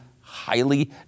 highly